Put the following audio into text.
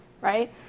right